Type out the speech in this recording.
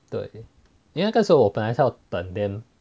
对因为那个时候我本来是要等 then